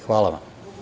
Hvala vam.